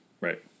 Right